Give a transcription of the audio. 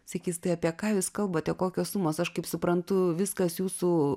sakys tai apie ką jūs kalbate kokios sumos aš kaip suprantu viskas jūsų